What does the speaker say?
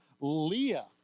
Leah